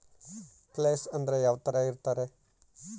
Place ಅಂದ್ರೆ ಯಾವ್ತರ ಇರ್ತಾರೆ?